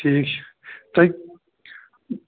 ٹھیٖک چھُ تُہۍ